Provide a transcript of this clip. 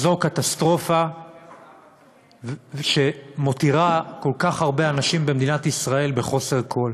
זו קטסטרופה שמותירה כל כך הרבה אנשים במדינת ישראל בחוסר כול.